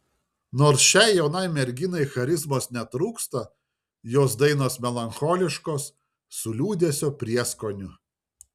nors šiai jaunai merginai charizmos netrūksta jos dainos melancholiškos su liūdesio prieskoniu